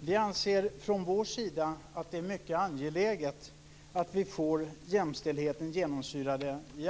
Herr talman! Vi anser från vår sida att det är mycket angeläget att vi får jämställdheten att genomsyra